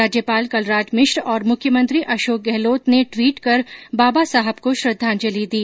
राज्यपाल कलराज मिश्र और मुख्यमंत्री अशोक गहलोत ने ट्विट कर बाबासाहब को श्रद्वांजलि दी